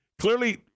Clearly